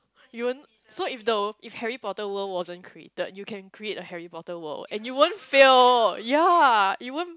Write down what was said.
you won't so if the if Harry-Potter world wasn't created you can create a Harry-Potter world and you won't fail ya you won't